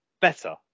better